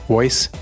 Voice